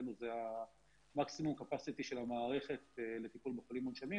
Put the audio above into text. זה מקסימום קפאסיטי של המערכת לטיפול בחולים מונשמים,